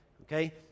Okay